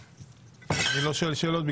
אני לא שואל שאלות,